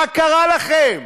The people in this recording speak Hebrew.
מה קרה לכם?